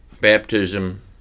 baptism